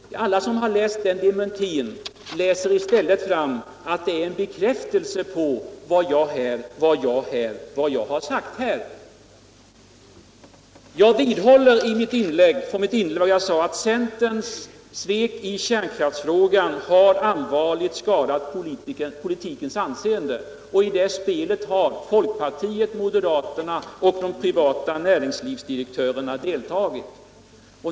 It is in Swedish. Men alla som har läst den dementin finner i stället att den är en bekräftelse på vad jag här har sagt. Jag vidhåller att centerns svek i kärnkraftsfrågan allvarligt har skadat politikens anseende, och i det spelet har folkpartiet, moderaterna och det privata näringslivets direktörer deltagit.